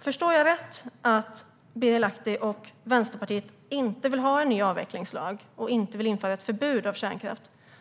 Förstår jag det rätt att Birger Lahti och Vänsterpartiet inte vill ha en ny avvecklingslag och inte vill införa ett förbud mot kärnkraft?